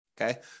Okay